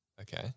Okay